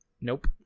Nope